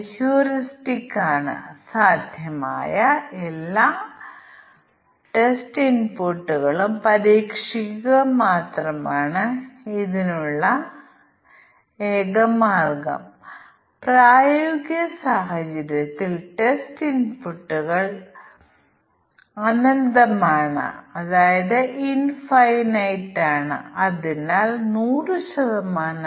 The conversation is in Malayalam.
20 പാരാമീറ്ററുകളുടെ സാധ്യമായ എല്ലാ കോമ്പിനേഷനുകളും പരിഗണിക്കുകയാണെങ്കിൽ ഓരോ പാരാമീറ്ററും മൂന്ന് എടുക്കുന്നു മൂല്യങ്ങൾ അങ്ങനെ സാഹചര്യങ്ങളുടെ സാധ്യമായ കോമ്പിനേഷനുകളുടെ എണ്ണം 320 ആയി മാറുന്നു ഇത് സ്വമേധയാ കൈകാര്യം ചെയ്യാനും ടെസ്റ്റ് കേസുകൾ രൂപീകരിക്കാനും തുടർന്ന് ഒപ്റ്റിമൈസ് ചെയ്യാനും വളരെ കൂടുതലാണ്